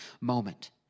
moment